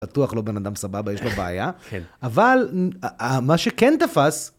בטוח לא בן אדם סבבה, יש לו בעיה, אבל מה שכן תפס...